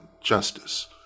justice